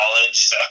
college